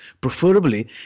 preferably